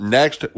next